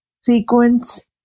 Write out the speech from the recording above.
sequence